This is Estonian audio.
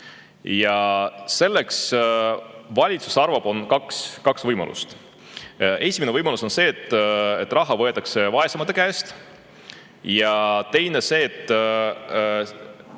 et selleks on kaks võimalust. Esimene võimalus on see, et raha võetakse vaesemate käest, ja teine see, et